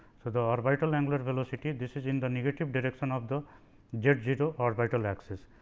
so, the orbital angular velocity this is in the negative direction of the z zero orbital axis.